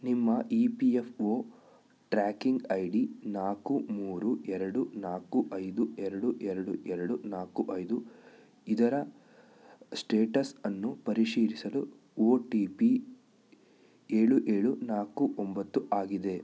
ನಿಮ್ಮ E P F O tracking I D ನಾಲ್ಕು ಮೂರು ಎರಡು ನಾಲ್ಕು ಐದು ಎರಡು ಎರಡು ಎರಡು ನಾಲ್ಕು ಐದು ಇದರ ಸ್ಟೇಟಸ್ ಅನ್ನು ಪರಿಶೀಲಿಸಲು ಒ ಟಿ ಪಿ ಏಳು ಏಳು ನಾಲ್ಕು ಒಂಬತ್ತು ಆಗಿದೆ